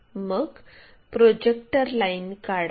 मग projector line काढा